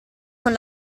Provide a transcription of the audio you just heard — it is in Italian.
con